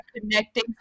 connecting